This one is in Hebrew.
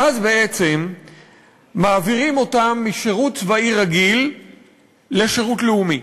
ואז בעצם מעבירים אותם משירות צבאי רגיל לשירות לאומי,